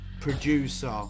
producer